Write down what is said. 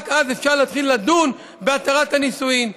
רק אז אפשר להתחיל לדון בהתרת הנישואים.